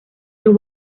los